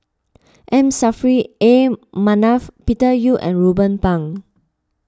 M Saffri A Manaf Peter Yu and Ruben Pang